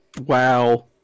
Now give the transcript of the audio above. Wow